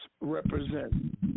represent